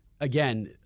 again